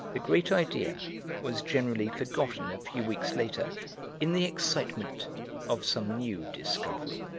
the great idea was generally forgotten a few weeks later in the excitement of some new discovery.